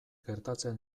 gertatzen